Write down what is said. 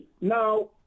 Now